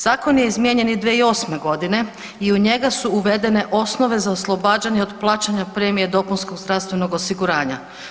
Zakon je izmijenjen i 2008. godine i u njega su uvedene osnove za oslobađanje od plaćanja premije dopunskog zdravstvenog osiguranja.